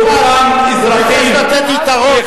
הוא ביקש לתת יתרון.